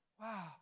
wow